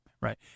right